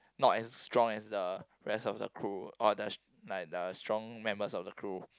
not as strong as the rest of the crew or the like the strong members of the crew